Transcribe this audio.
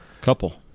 couple